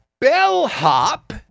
bellhop